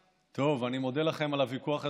טוב, אני מודה לכם על הוויכוח הזה.